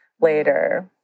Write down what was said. later